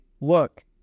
Look